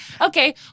Okay